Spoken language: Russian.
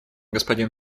господин